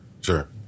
sure